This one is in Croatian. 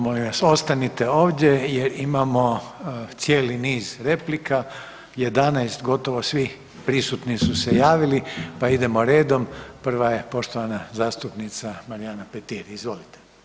Molim vas ostanite ovdje jer imamo cijeli niz replika, 11, gotovo svi prisutni su se javili, pa idemo redom, prva je poštovana zastupnica Marijana Petir, izvolite.